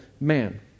man